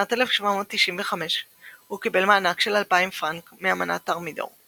בשנת 1795 הוא קיבל מענק של 2000 פרנק מאמנת תרמידור.